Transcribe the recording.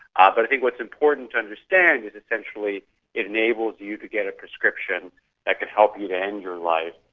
ah but i think what's important to understand is essentially it enables you to get a prescription that can help you to end your life,